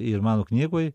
ir mano knygoj